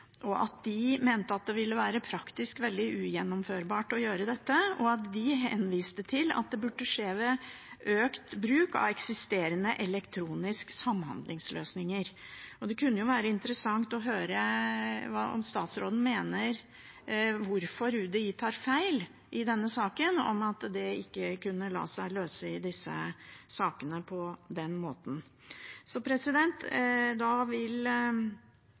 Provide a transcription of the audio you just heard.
og at de mente det praktisk ville være ugjennomførbart å gjøre det. De henviste til at det burde skje ved økt bruk av eksisterende elektroniske samhandlingsløsninger. Det kunne være interessant å høre hvorfor statsråden mener UDI tar feil i denne saken, om at det i disse sakene ikke kunne la seg løse på den måten. Da vil